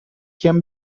can